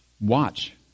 Watch